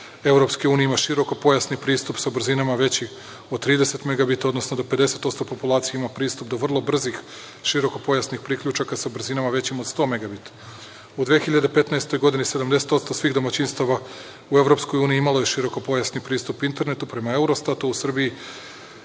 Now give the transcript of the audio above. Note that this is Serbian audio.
populacije EU ima široko pojasni pristup sa brzinama većim od 30 megabita, odnosno da 50% populacije ima pristup do vrlo brzih široko pojasnih priključaka sa brzinama većim od 100 megabita.U 2015. godini 70% svih domaćinstava u Evropskoj uniji imalo je širokopojasni pristup internetu. Prema Eurostatu u Srbiji